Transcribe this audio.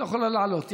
את לא יכולה לעלות.